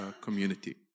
community